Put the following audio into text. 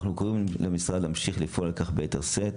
אנחנו קוראים למשרד להמשיך לפעול על כך ביתר שאת,